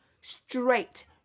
Straight